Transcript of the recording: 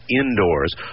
indoors